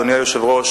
אדוני היושב-ראש,